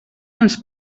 ens